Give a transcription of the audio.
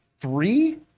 three